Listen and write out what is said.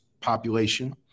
population